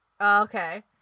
Okay